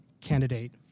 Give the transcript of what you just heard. candidate